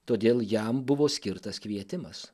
todėl jam buvo skirtas kvietimas